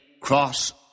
cross